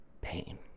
pain